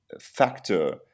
factor